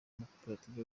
amakoperative